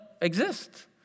exist